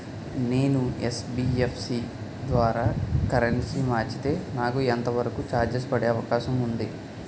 నేను యన్.బి.ఎఫ్.సి ద్వారా కరెన్సీ మార్చితే నాకు ఎంత వరకు చార్జెస్ పడే అవకాశం ఉంది?